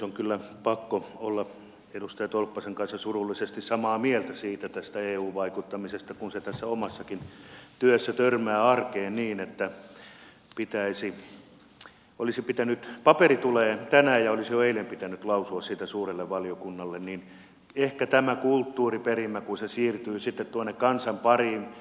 on kyllä pakko olla edustaja tolppasen kanssa surullisesti samaa mieltä tästä eu vaikuttamisesta kun se tässä omassakin työssä törmää arkeen niin että paperi tulee tänään ja olisi jo eilen pitänyt lausua siitä suurelle valiokunnalle niin ehkä tämä kulttuuriperimä kuosa siirtyy sitä tuonne kansan pariin